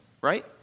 right